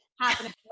happening